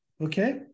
Okay